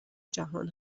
جهان